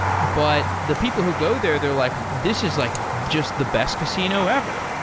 but the people who go there they're like, this is like just the best casino ever.